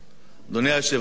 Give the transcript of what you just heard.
אדוני היושב-ראש,